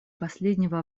последнего